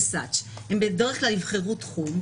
הם בדרך כלל יבחרו תחום,